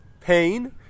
pain